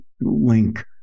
link